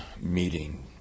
meeting